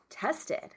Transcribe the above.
tested